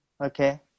Okay